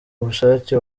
bushake